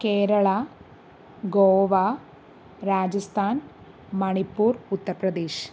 Kerala Goa Rajasthan Manipur Uttar Pradesh